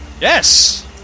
Yes